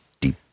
deep